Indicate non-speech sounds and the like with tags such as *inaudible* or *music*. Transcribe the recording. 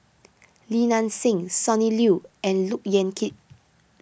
*noise* Li Nanxing Sonny Liew and Look Yan Kit